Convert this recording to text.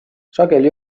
sageli